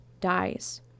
dies